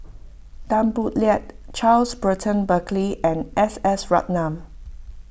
Tan Boo Liat Charles Burton Buckley and S S Ratnam